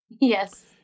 Yes